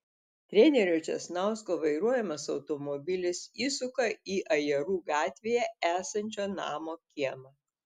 trenerio česnausko vairuojamas automobilis įsuka į ajerų gatvėje esančio namo kiemą